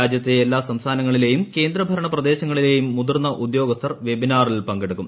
രാജ്യത്തെ എല്ലാ സംസ്ഥാനങ്ങളിലെയും കേന്ദ്ര ഭരണ പ്രദേശങ്ങളിലെയും മുതിർന്ന ഉദ്യോഗസ്ഥർ വെബിനാറിൽ പങ്കെടുക്കും